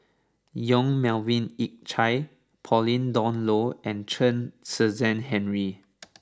Yong Melvin Yik Chye Pauline Dawn Loh and Chen Kezhan Henri